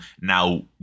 now